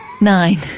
Nine